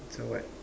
so what